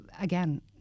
again